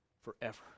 forever